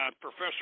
Professor